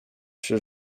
się